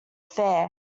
fare